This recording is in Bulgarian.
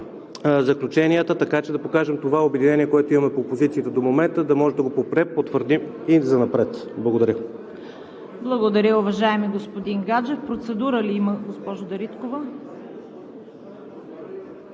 заключенията, така че да покажем това обединение, което имаме по позицията до момента, да можем да го препотвърдим и занапред. Благодаря. ПРЕДСЕДАТЕЛ ЦВЕТА КАРАЯНЧЕВА: Благодаря, уважаеми господин Гаджев. Процедура ли има госпожо Дариткова?